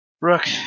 Rook